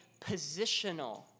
positional